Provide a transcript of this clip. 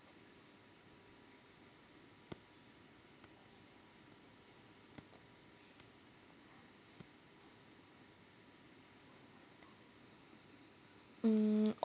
mm